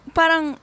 parang